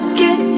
get